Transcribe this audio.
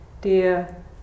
dear